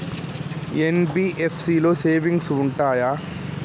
NBFC లో savings ఉంటయా?